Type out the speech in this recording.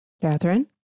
Catherine